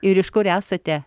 ir iš kur esate